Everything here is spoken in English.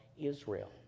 Israel